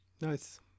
Nice